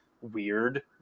weird